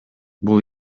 бул